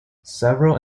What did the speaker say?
several